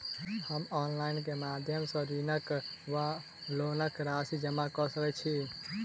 हम ऑनलाइन केँ माध्यम सँ ऋणक वा लोनक राशि जमा कऽ सकैत छी?